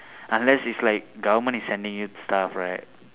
unless it's like government is sending you stuff right